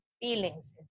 Feelings